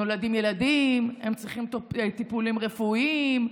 נולדים ילדים, הם צריכים טיפולים רפואיים,